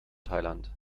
thailand